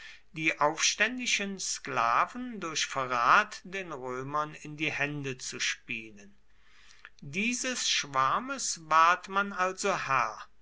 die aufständischen sklaven durch verrat den römern in die hand zu spielen dieses schwarmes ward man also herr